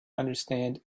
understand